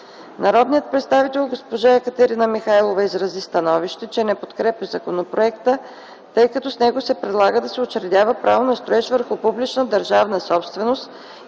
Народният представител Екатерина Михайлова изрази становище, че не подкрепя законопроекта, тъй като с него се предлага да се учредява право на строеж върху публична държавна собственост